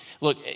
look